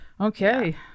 Okay